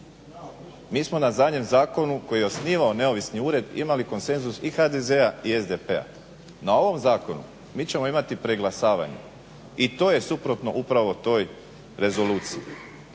Mi smo na zadnjem zakonu koji je osnivao neovisni ured imali konsenzus i HDZ-a i SDP-a. Na ovom zakonu mi ćemo imati preglasavanje i to je suprotno upravo toj rezoluciji.